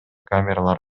камералар